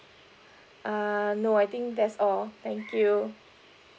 err no I think that's all thank you